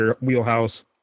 wheelhouse